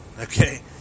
Okay